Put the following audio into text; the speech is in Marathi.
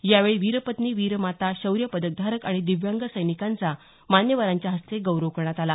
यावेळी वीरपत्नी वीरमाता शौर्य पदकधारक आणि दिव्यांग सैनिकांचा मान्यवरांच्या हस्ते गौरव करण्यात आला